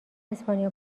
اسپانیا